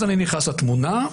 נכנסתי לתמונה,